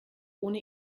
ohne